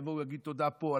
יבואו להגיד תודה פה.